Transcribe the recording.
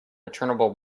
returnable